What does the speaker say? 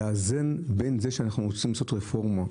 לאזן בין זה שאנחנו רוצים לעשות רפורמה,